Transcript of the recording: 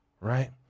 right